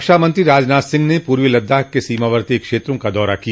रक्षामंत्री राजनाथ सिंह ने पूर्वी लद्दाख के सीमावर्ती क्षेत्रों का दौरा किया